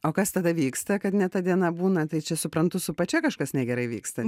o kas tada vyksta kad ne ta diena būna tai čia suprantu su pačia kažkas negerai vyksta